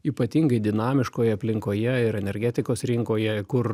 ypatingai dinamiškoje aplinkoje ir energetikos rinkoje kur